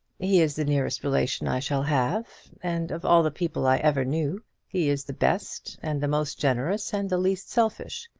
he is the nearest relation i shall have and of all the people i ever knew he is the best, and the most generous, and the least selfish.